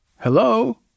Hello